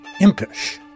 IMPISH